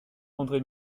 andré